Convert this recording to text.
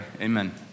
amen